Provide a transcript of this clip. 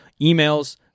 emails